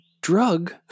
drug